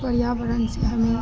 पर्यावरण से हमें